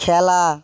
খেলা